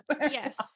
Yes